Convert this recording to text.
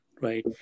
Right